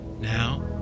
now